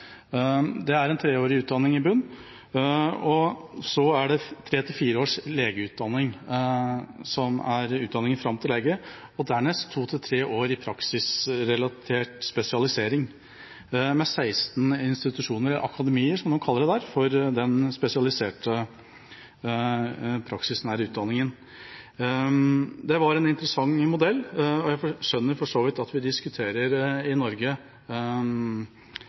Det er en treårig utdanning i bunn, så er det en tre–fire års utdanning fram til lege, og dernest to–tre år i praksisrelatert spesialisering, med 16 institusjoner, eller akademier, som man kaller det der, for den spesialiserte praksisen i utdanningen. Det er en interessant modell. Jeg skjønner for så vidt at vi i Norge diskuterer hvem som skal få autorisasjon, for det er klart det er mange utdanningsløp for både sykepleiere og leger i